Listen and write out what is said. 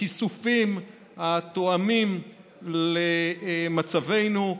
כיסופים התואמים את מצבנו.